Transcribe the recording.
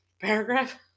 paragraph